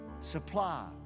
supply